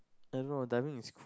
I don't know diving is